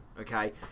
okay